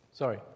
Sorry